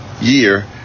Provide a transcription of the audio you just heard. year